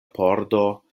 pordo